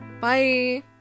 bye